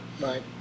Right